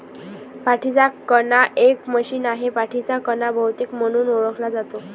पाठीचा कणा एक मशीन आहे, पाठीचा कणा बहुतेक म्हणून ओळखला जातो